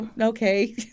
Okay